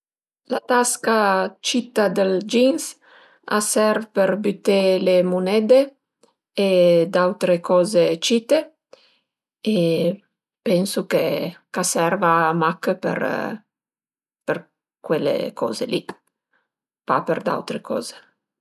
La tasca cita dël jeans a serv për büté le munede e d'autre coze cite e pensu ch'a serva mach për cuele coze li, pa për d'autre coze